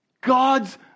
God's